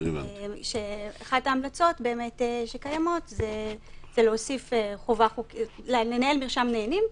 אחת ההמלצות שבאמת קיימות היא להוסיף חובה לנהל מרשם נהנים.